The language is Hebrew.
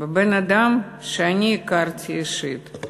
בבן-אדם שאני הכרתי אישית,